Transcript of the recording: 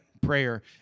prayer